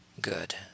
Good